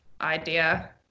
idea